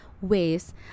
ways